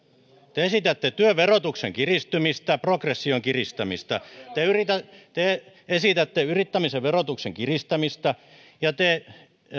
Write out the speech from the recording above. te esitätte työn verotuksen kiristämistä progression kiristämistä te esitätte yrittämisen verotuksen kiristämistä ja te